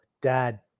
dad